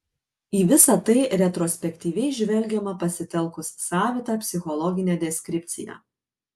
į visa tai retrospektyviai žvelgiama pasitelkus savitą psichologinę deskripciją